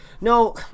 No